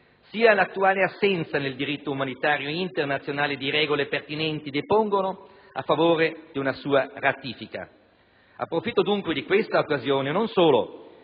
sia l'attuale assenza nel diritto umanitario internazionale di regole pertinenti depongono a favore di una sua ratifica. Approfitto, dunque, di questa occasione non solo